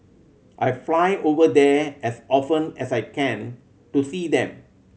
I fly over there as often as I can to see them